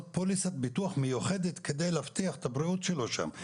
פוליסת ביטוח מיוחדת כדי להבטיח את הבריאות שלו שם.